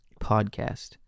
podcast